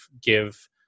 give